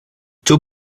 two